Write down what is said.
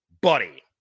Buddy